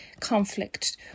conflict